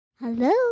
Hello